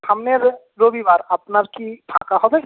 সামনের রবিবার আপনার কি ফাঁকা হবে